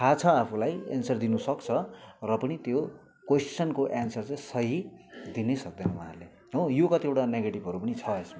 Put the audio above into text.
थाहा छ आफूलाई एन्सर दिनु सक्छ र पनि त्यो कोइसनको एन्सर चाहिँ सही दिनै सक्दैन उहाँहरूले हो यो कतिवटा नेगेटिभहरू पनि छ यसमा हो